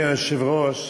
אדוני היושב-ראש,